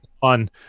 fun